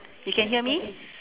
you can hear me